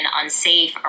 unsafe